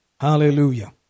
Hallelujah